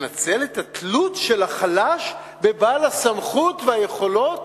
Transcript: לנצל את התלות של החלש בבעל הסמכות והיכולות?